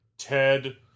Ted